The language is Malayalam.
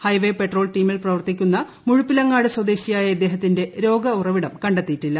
ഹൈവെ പട്രോൾ ടീമിൽ പ്രവർത്തിക്കുന്ന മുഴപ്പിലങ്ങാട് സ്വദേശിയായി ഇ്ദ്ദേഹത്തിന്റെ രോഗ ഉറവിടം കണ്ടെത്തിയിട്ടില്ല